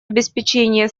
обеспечения